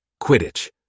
Quidditch